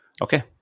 Okay